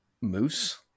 moose